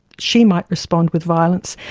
she might respond with violence,